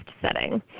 setting